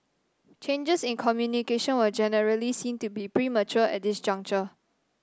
changes in communication were generally seen to be premature at this juncture